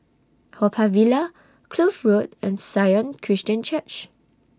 Haw Par Villa Kloof Road and Sion Christian Church